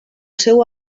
seu